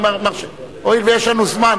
הואיל ויש לנו זמן